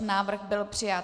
Návrh byl přijat.